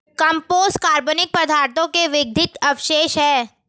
compost कार्बनिक पदार्थों के विघटित अवशेष हैं